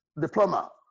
diploma